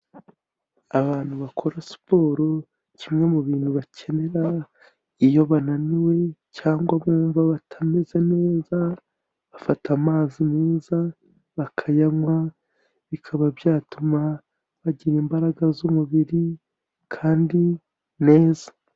Abantu bakora siporo kimwe mu bintu bakenera iyo bananiwe cyangwa bumva batameze neza bafata amazi meza bakayanywa, bikaba byatuma bagira imbaraga z'umubiri kandi neza.